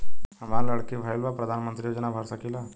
हमार लड़की भईल बा प्रधानमंत्री योजना भर सकीला?